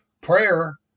prayer